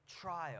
trial